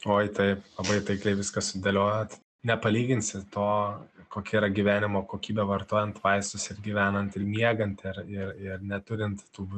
oi taip labai taikliai viską sudėliojot nepalyginsi to kokia yra gyvenimo kokybė vartojant vaistus ir gyvenant ir miegant ir ir ir neturint tų